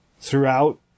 throughout